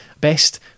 best